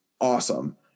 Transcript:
awesome